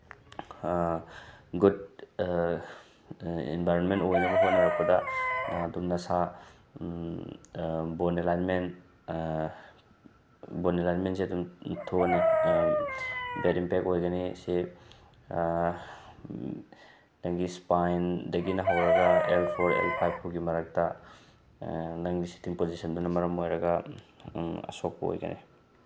good environment ꯑꯣꯏꯅꯕ ꯍꯣꯠꯅꯔꯛꯄꯗ ꯅꯪ ꯑꯗꯨꯝ ꯅꯁꯥ ꯕꯣꯟ ꯑꯦꯂꯥꯏꯟꯃꯦꯟ ꯕꯣꯟ ꯑꯦꯂꯥꯏꯟꯃꯦꯟꯁꯤ ꯑꯗꯨꯝ ꯊꯣꯛꯑꯅꯤ ꯕꯦꯗ ꯏꯝꯄꯦꯛ ꯑꯣꯏꯒꯅꯤ ꯁꯤ ꯅꯪꯒꯤ ꯏꯁꯄꯥꯏꯟꯗꯒꯤꯅ ꯍꯧꯔꯒ ꯑꯦꯜ ꯐꯣꯔ ꯑꯦꯜ ꯐꯥꯏꯚ ꯐꯥꯎꯒꯤ ꯃꯔꯛꯇ ꯅꯪꯒꯤ ꯁꯤꯇꯤꯡ ꯄꯣꯖꯤꯁꯟꯗꯨꯅ ꯃꯔꯝ ꯑꯣꯏꯔꯒ ꯑꯁꯣꯛꯄ ꯑꯣꯏꯒꯅꯤ